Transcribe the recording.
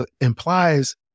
implies